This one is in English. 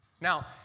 Now